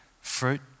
fruit